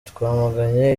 twamaganye